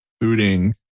booting